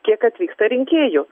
kiek atvyksta rinkėjų